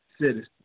citizens